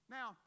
Now